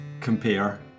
compare